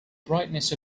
brightness